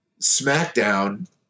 SmackDown